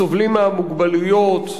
הסובלים מהמוגבלויות,